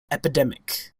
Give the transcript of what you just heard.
epidemic